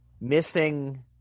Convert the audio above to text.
missing